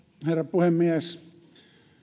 puhemies